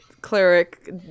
cleric